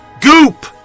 Goop